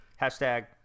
Hashtag